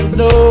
no